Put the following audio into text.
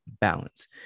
balance